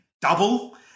double